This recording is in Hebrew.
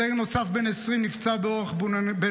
צעיר נוסף בן 20 נפצע באורח בינוני.